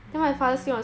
mm